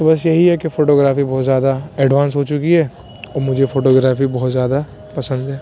تو بس یہی ہے کہ فوٹوگرافی بہت زیادہ ایڈوانس ہو چکی ہے اور مجھے فوٹوگرافی بہت زیادہ پسند ہے